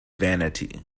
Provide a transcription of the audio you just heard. vanity